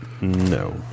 No